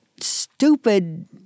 stupid